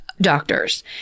doctors